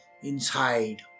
inside